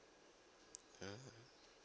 mmhmm